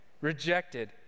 rejected